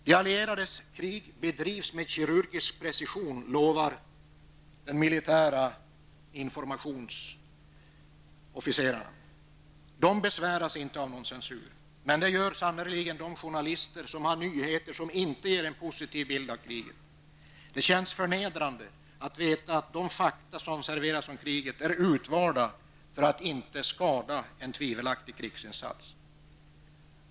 De allierades krig bedrivs med kirurgisk precision, lovar de militära informationsofficerarna. De besväras inte av någon censur. Men det gör sannerligen de journalister som har nyheter som inte ger en positiv bild av kriget. Det känns förnedrande att veta att de fakta som serveras om kriget är utvalda för att inte skada en tvivelaktig krigsinsats.